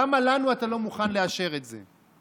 למה לנו אתה לא מוכן לאשר את זה?